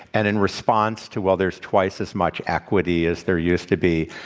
and in response to others, twice as much equity as there used to be,